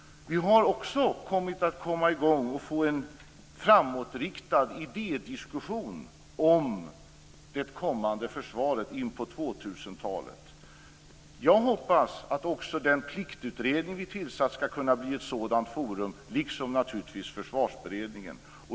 Vi har också kommit i gång med en framåtriktad idédiskussion om det kommande försvaret in på 2000 talet. Jag hoppas också att Pliktutredningen, som vi tillsatt, skall kunna bli ett sådant forum, liksom naturligtvis Försvarsberedningen.